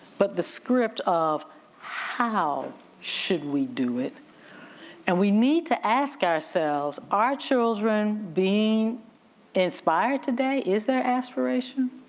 but the script of how should we do it and we need to ask ourselves, are children being inspired today, is their aspiration?